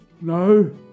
No